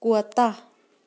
کوتاہ